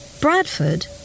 Bradford